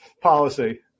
policy